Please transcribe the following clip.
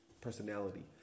personality